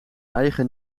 eigen